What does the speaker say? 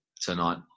tonight